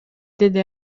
деди